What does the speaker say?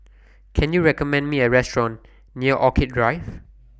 Can YOU recommend Me A Restaurant near Orchid Drive